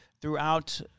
throughout